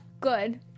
good